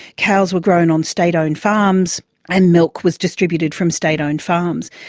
cows were grown on state-owned farms and milk was distributed from state-owned farms.